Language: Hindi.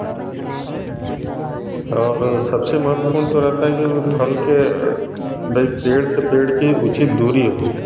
और सबसे महत्वपूर्ण तो रहता है कि फल के भाई पेड़ से पेड़ की उचित दूरी हो